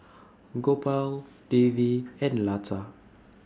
Gopal Devi and Lata